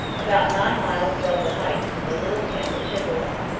about nine miles above the heights was the little camp at chippawa,